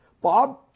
Bob